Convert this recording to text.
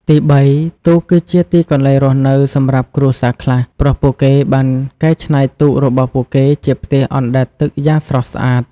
ទីបី ទូកគឺជា ទីកន្លែងរស់នៅ សម្រាប់គ្រួសារខ្លះ ព្រោះពួកគេបានកែច្នៃទូករបស់ពួកគេជាផ្ទះអណ្តែតទឹកយ៉ាងស្រស់ស្អាត។